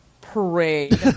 parade